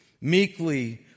Meekly